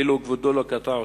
אילו כבודו לא היה קוטע אותי,